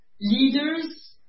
Leaders